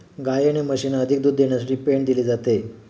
गायी आणि म्हशींना अधिक दूध देण्यासाठी पेंड दिली जाते